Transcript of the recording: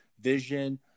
vision